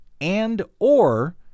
and/or